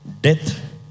Death